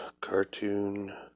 cartoon